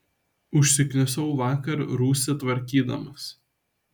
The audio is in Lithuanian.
užsiknisau vakar rūsį tvarkydamas